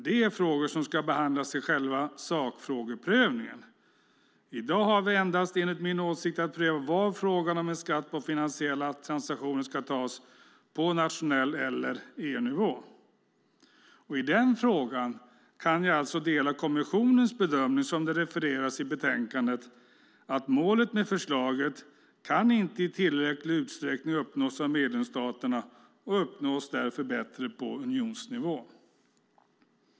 Det är frågor som ska behandlas i själva sakfrågeprövningen. I dag har vi endast att pröva var frågan om en skatt på finansiella transaktioner ska tas - på nationell nivå eller på EU-nivå. I den frågan kan jag dela kommissionens bedömning sådan den refereras i utlåtandet: "Målet med detta förslag kan inte i tillräcklig utsträckning uppnås av medlemsstaterna och uppnås därför bättre på unionsnivå."